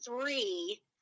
three